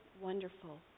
wonderful